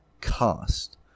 cost